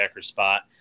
spot